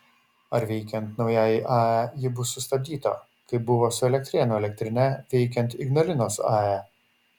ar veikiant naujajai ae ji bus sustabdyta kaip buvo su elektrėnų elektrine veikiant ignalinos ae